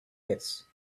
pits